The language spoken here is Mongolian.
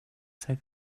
цаг